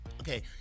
Okay